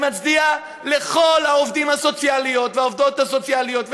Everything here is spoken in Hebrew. אני מצדיע לכל העובדים הסוציאליים והעובדות הסוציאליות,